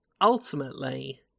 ultimately